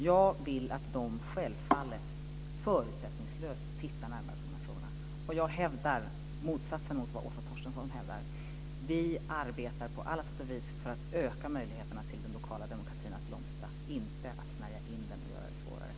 Jag vill självfallet att de förutsättningslöst tittar närmare på de här frågorna. Och jag hävdar motsatsen mot vad Åsa Torstensson hävdar. Vi arbetar på alla sätt och vis för att öka möjligheterna för den lokala demokratin att blomstra, inte för att snärja in den och göra det svårare.